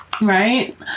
Right